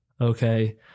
okay